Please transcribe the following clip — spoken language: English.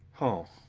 oh,